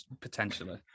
potentially